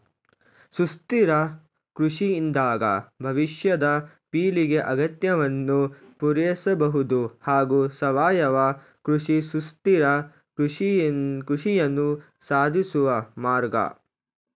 ಸುಸ್ಥಿರ ಕೃಷಿಯಿಂದಾಗಿ ಭವಿಷ್ಯದ ಪೀಳಿಗೆ ಅಗತ್ಯವನ್ನು ಪೂರೈಸಬಹುದು ಹಾಗೂ ಸಾವಯವ ಕೃಷಿ ಸುಸ್ಥಿರ ಕೃಷಿಯನ್ನು ಸಾಧಿಸುವ ಮಾರ್ಗ